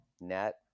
net